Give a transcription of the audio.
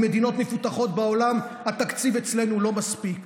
עם מדינות מפותחות בעולם, התקציב אצלנו לא מספיק.